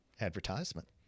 advertisement